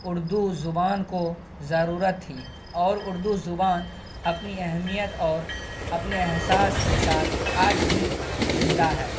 اردو زبان کو ضرورت تھی اور اردو زبان اپنی اہمیت اور اپنے احساس کے ساتھ آج بھی زندہ ہے